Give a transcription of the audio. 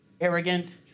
arrogant